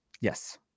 Yes